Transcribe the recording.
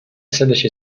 следующей